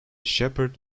sheppard